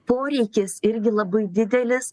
poreikis irgi labai didelis